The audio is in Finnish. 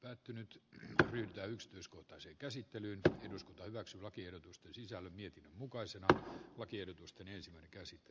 päättynyt ryhtyä yksityiskohtaiseen käsittelyyn eduskunta hyväksyy lakiehdotusten sisällön mukaisena varsin dramaattinen tässä asiassa